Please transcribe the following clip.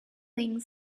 thing